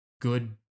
good